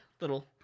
little